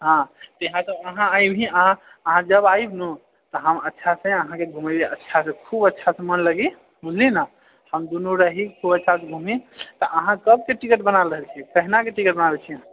हाँ इहाँ तऽ अहाँ ऐबीही अहाँ जब आबि नू तऽ हम अच्छा से अहाँकेँ घुमैबे अच्छासे खूब अच्छासे मन लागि बुझलिही ने हम दुनू रही खूब अच्छासँ घुमी तऽ अहाँ कबके टिकट बना रहल छी कहिनाके टिकट बनाबै छी अहाँ